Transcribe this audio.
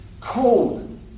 cold